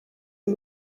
uyu